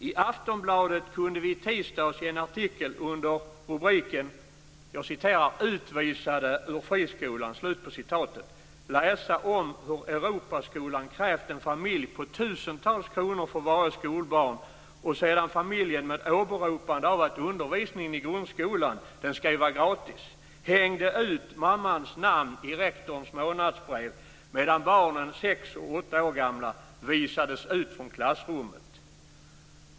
I Aftonbladet kunde vi i tisdags i en artikel under rubriken "Utvisade ur friskolan" läsa om hur Europaskolan krävt en familj på tusentals kronor för varje skolbarn, och sedan familjen med åberopande av att undervisningen i grundskolan ska vara gratis hängde ut mammans namn i rektorns månadsbrev, medan barnen sex och åtta år gamla visades ut från klassrummet.